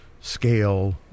scale